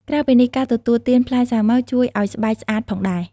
ក្រៅពីនេះ ការទទួលទាន ផ្លែសាវម៉ាវ ជួយអោយស្បែកស្អាតផងដែរ។